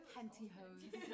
Pantyhose